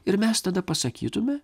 ir mes tada pasakytume